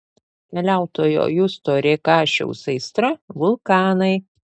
keliautojo justo rėkašiaus aistra vulkanai